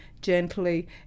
gently